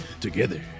together